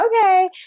okay